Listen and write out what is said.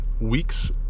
weeks